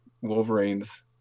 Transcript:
Wolverine's